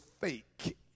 fake